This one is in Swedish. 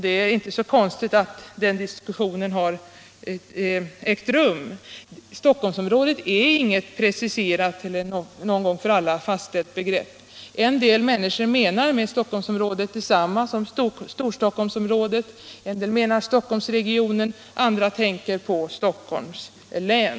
Det är inte så konstigt att den diskussionen har förekommit. 101 Nr 41 Stockholmsområdet är inte något preciserat eller något en gång för alla fastställt begrepp. En del människor menar med Stockholmsområdet detsamma som Storstockholmsområdet, en del menar Stockholmsregionen, andra talar om Stockholms län.